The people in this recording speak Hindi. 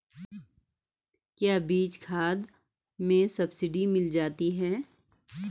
क्या बीज और खाद में सब्सिडी मिल जाती है?